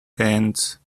hands